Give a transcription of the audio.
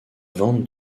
vente